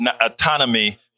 autonomy